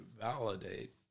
validate